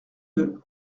deux